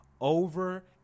over